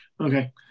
Okay